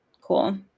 Cool